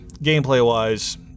Gameplay-wise